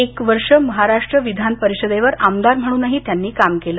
एक वर्ष महाराष्ट्र विधान परिषदेवर आमदार म्हणूनही त्यांनी काम केलं